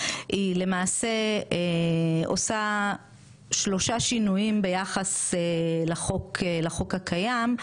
היא למעשה עושה שלושה שינויים ביחס לחוק הקיים,